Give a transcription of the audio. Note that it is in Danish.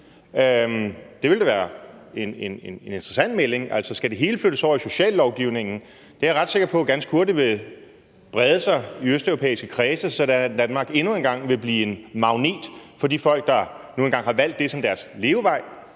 Det ville da være en interessant melding. Altså, skal det hele flyttes over i sociallovgivningen? Det er jeg ret sikker på ganske hurtigt ville brede sig i østeuropæiske kredse, sådan at Danmark endnu en gang ville blive en magnet for de folk, der nu engang har valgt det som deres levevej,